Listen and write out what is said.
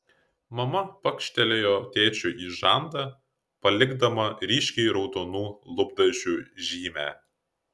mama pakštelėjo tėčiui į žandą palikdama ryškiai raudonų lūpdažių žymę